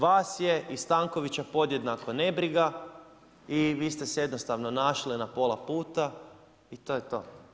Vas je i Stankovića podjednako nebriga i vi ste se jednostavno našli na pola puta i to je to.